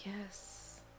yes